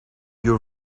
your